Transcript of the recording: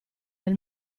del